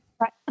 right